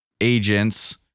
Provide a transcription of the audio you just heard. agents